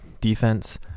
defense